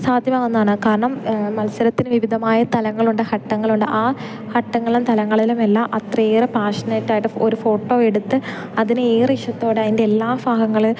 സാധ്യമാകുമെന്നാണ് കാരണം മത്സരത്തിന് വിവിധമായ തലങ്ങളുണ്ട് ചട്ടങ്ങളുണ്ട് ആ ചട്ടങ്ങളും തലങ്ങളിലുമെല്ലാം അത്രയേറെ പാഷനേറ്റായിട്ട് ഒരു ഫോട്ടോ എടുത്ത് അതിന് ഏറെ ഇഷത്തോടെ അതിൻ്റെ എല്ലാ ഭാഗങ്ങൾ